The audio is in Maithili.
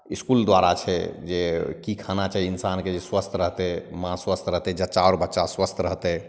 इसकुल द्वारा छै जे कि खाना चाही इन्सानके जे स्वस्थ रहतै माँ स्वस्थ रहतै जच्चा आओर बच्चा स्वस्थ रहतै